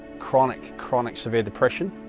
chronic chronic severe depression